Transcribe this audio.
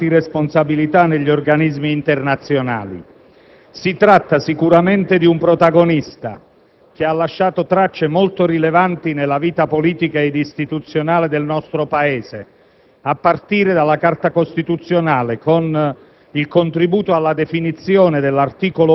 più volte Presidente del Senato, Presidente del Consiglio, Ministro, con rilevanti responsabilità negli organismi internazionali. Si tratta sicuramente di un protagonista che ha lasciato tracce molto rilevanti nella vita politica ed istituzionale del nostro Paese,